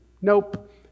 Nope